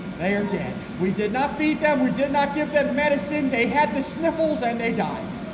they are dead. we did not feed them. we did not give them medicine. they had the sniffles and they died.